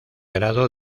grado